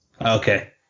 Okay